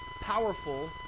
powerful